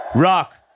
Rock